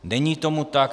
Není tomu tak.